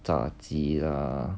炸鸡 lah